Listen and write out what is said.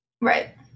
Right